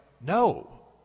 no